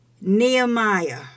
Nehemiah